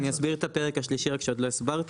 אני אסביר את הפרק השלישי רק שעוד לא הסברתי,